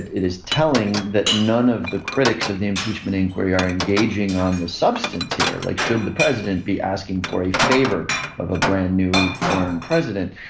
it is telling that none of the critics of the impeachment inquiry are engaging on the substance here. like should the president be asking for a favor of a brand new foreign president.